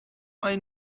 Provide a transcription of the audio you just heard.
mae